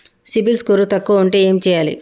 CIBIL score తక్కువ ఉంటే ఏం చేయాలి?